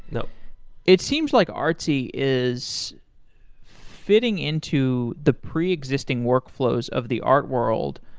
no it seems like artsy is fitting into the pre-existing workflows of the art world,